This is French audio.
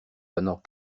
pendant